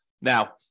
Now